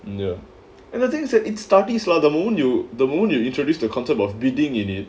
ya and the thing is that it's starting slot the moment you the moment you introduced the concept of bidding in it